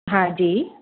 हा जी